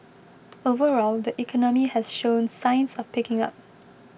overall the economy has shown signs of picking up